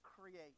create